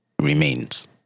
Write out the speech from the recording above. remains